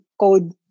code